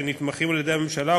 שנתמכים על-ידי הממשלה,